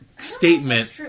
statement